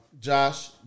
Josh